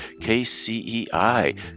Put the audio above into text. KCEI